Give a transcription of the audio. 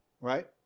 right